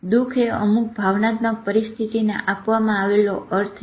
દુઃખએ અમુક ભાવનાત્મક પરિસ્થિતિને આપવામાં આવેલો અર્થ છે